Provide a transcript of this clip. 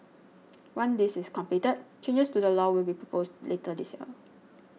once this is completed changes to the law will be proposed later this year